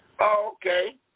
Okay